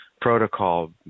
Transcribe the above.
protocol